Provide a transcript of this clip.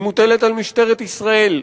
היא מוטלת על משטרת ישראל.